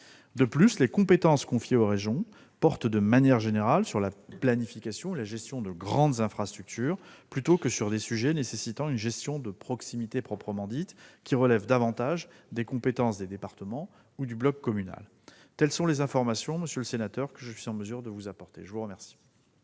De plus, les compétences confiées aux régions portent de manière générale sur la planification et la gestion de grandes infrastructures, plutôt que sur des sujets nécessitant une gestion de proximité proprement dite, qui relève davantage des compétences des départements ou du bloc communal. Telles sont les informations, monsieur le sénateur, que je suis en mesure de vous apporter. La parole